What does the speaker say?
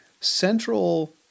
central